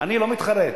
ביקשתי לדבר.